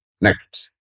Next